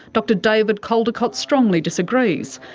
dr david caldicott strongly disagrees,